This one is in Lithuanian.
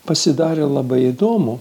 pasidarė labai įdomu